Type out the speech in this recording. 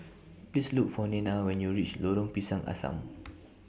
Please Look For Nena when YOU REACH Lorong Pisang Asam